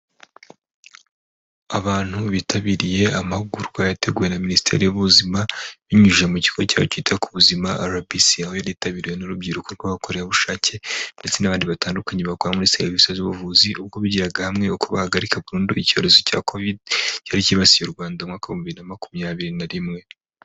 Abantu bitabiriye amahugurwa yateguwe na minisiteri y'ubuzima ibinyujije mu kigo cyayo cyita ku buzima RBC, aho yari yitabiriwe n'urubyiruko rw'abakorerabushake ndetse n'abandi batandukanye bakora muri serivisi z'ubuvuzi, ubwo bigiraga hamwe uko bahagarika burundu icyorezo cya kovide cyari cyibasiye u Rwanda mu mwaka w'ibihumbi bibiri na makumyabiri na rimwe.